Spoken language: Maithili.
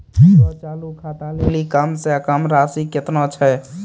हमरो चालू खाता लेली कम से कम राशि केतना छै?